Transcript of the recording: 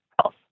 health